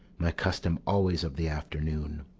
my custom always of the afternoon,